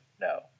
No